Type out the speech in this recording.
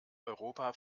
europa